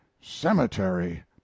cemetery